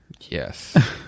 Yes